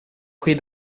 prix